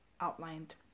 outlined